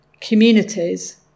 communities